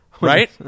right